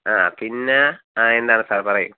ആ പിന്നെ ആ എന്താണ് സാർ പറയൂ